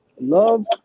love